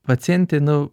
pacientė nu